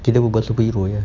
kita berbual superhero jer